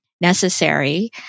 necessary